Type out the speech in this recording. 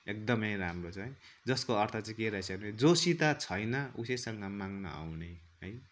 एकदमै राम्रो छ है जसको अर्थ चाहिँ के रहेछ रे जोसित छैन उसैसँग माग्न आउने है